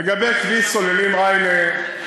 לגבי כביש סוללים ריינה,